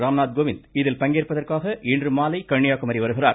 ராம்நாத் கோவிந்த் இதில் பங்கேற்பதற்காக இன்றுமாலை கன்னியாகுமரி வருகிறார்